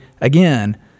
Again